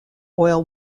oil